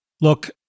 look